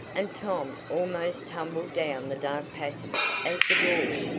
and tom almost tumbled down the dark passage as the door,